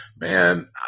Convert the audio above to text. man